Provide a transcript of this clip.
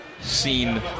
seen